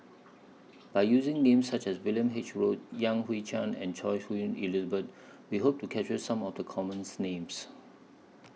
By using Names such as William H Read Yan Hui Chang and Choy Su Moi Elizabeth We Hope to capture Some of The Common Names